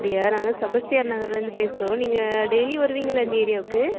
அப்படியா நாங்கள் செபஸ்டியார் நகர்லர்ருந்து பேசுகிறோம் நீங்கள் டெய்லி வருவீங்கல்ல இந்த ஏரியாவுக்கு